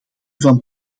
van